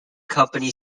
company